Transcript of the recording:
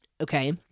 Okay